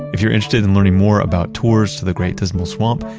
if you're interested in learning more about tours to the great dismal swamp,